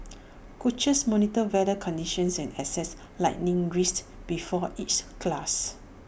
coaches monitor weather conditions and assess lightning risks before each class